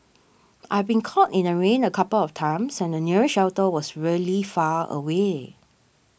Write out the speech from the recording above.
I've been caught in the rain a couple of times and the nearest shelter was really far away